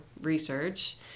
research